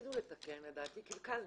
רצינו לתקן, לדעתי קלקלנו.